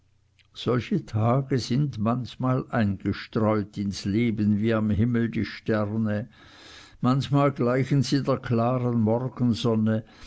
solche tage sind manchmal eingestreut ins leben wie am himmel die sterne manchmal gleichen sie der klaren morgensonne